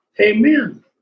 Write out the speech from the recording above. amen